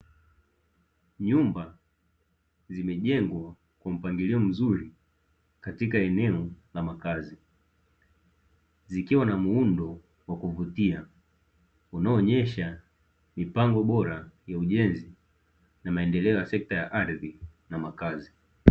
Nyumba zimejengwa kwa mpangilio mzuri katika eneo la makazi, ikiwa na muundo wa kuvutia unaoonyesha mipango bora ya ujenzi na maendeleo ya sekta ya ardhi na makazi.